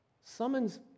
summons